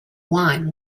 wine